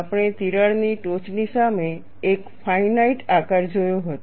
આપણે તિરાડની ટોચની સામે એક ફાઇનાઇટ આકાર જોયો હતો